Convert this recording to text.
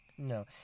No